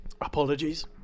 Apologies